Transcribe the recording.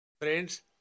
Friends